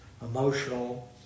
emotional